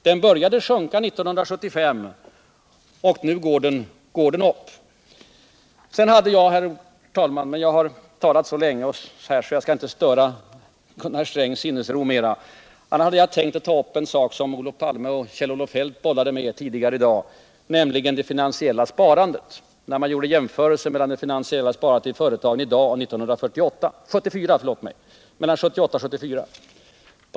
Den började sjunka 1975, och nu går den upp. Jag har talat länge, herr talman, och jag skall inte störa Gunnar Strängs sinnesro mera, men jag hade tänkt ta upp en sak som Olof Palme och Kjell Olof Feldt bollade med tidigare i dag. De gjorde jämförelser mellan det finansiella sparandet i företagen 1978 och 1974.